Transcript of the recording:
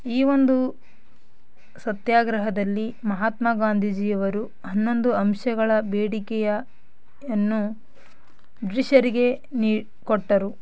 ಈ ಒಂದು ಸತ್ಯಾಗ್ರಹದಲ್ಲಿ ಮಹಾತ್ಮಾ ಗಾಂಧೀಜಿಯವರು ಹನ್ನೊಂದು ಅಂಶಗಳ ಬೇಡಿಕೆಯ ಅನ್ನು ಬ್ರಿಷರಿಗೆ ನೀಡಿ ಕೊಟ್ಟರು